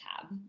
tab